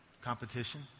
competition